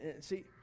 See